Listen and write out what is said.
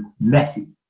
messy